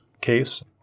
case